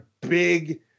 big